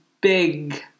big